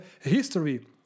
history